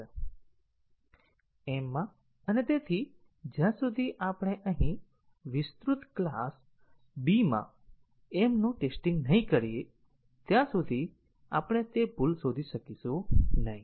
m માં અને જ્યાં સુધી આપણે અહીં વિસ્તૃત ક્લાસ B માં m નું ટેસ્ટીંગ નહીં કરીએ ત્યાં સુધી આપણે તે ભૂલ શોધી શકીશું નહીં